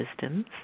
systems